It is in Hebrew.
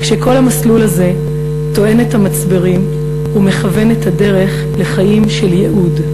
כשכל המסלול הזה טוען את המצברים ומכוון את הדרך לחיים של ייעוד.